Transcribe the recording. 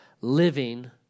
living